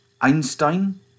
Einstein